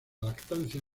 lactancia